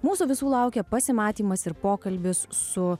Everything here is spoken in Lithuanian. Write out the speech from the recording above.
mūsų visų laukia pasimatymas ir pokalbis su